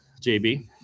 JB